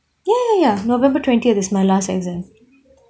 ya ya ya november twentieth is my last exam